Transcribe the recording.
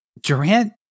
Durant